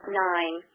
nine